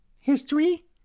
History